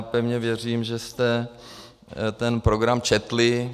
Pevně věřím, že jste program četli.